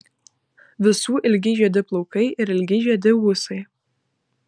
visų ilgi juodi plaukai ir ilgi juodi ūsai